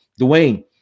Dwayne